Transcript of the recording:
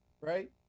Right